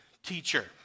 teacher